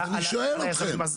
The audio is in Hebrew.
אז אני שואל אתכם.